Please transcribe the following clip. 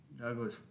Douglas